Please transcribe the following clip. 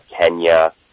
Kenya